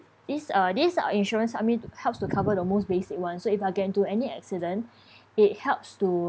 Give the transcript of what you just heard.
this uh this uh insurance I mean helps to cover the most basic ones so if I get into any accident it helps to